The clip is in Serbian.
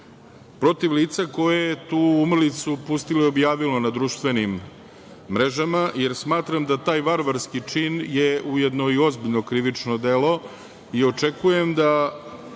protiv lica koje je tu umrlicu pustilo i objavilo na društvenim mrežama, jer smatram da taj varvarski čin je ujedno i ozbiljno krivično delo i očekujem da